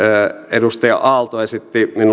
edustaja aalto esitti minulle